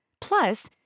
Plus